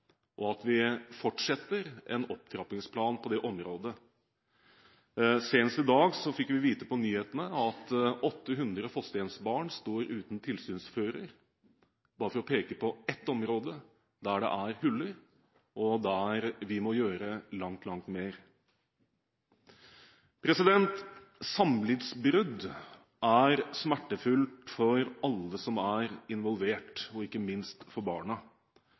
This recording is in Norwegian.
og at vi fortsetter en opptrappingsplan på det området. Senest i dag fikk vi vite på nyhetene at 800 fosterhjemsbarn står uten tilsynsfører, bare for å peke på ett område der det er huller, og der vi må gjøre langt, langt mer. Samlivsbrudd er smertefullt for alle som er involvert, ikke minst for barna.